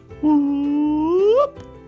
Whoop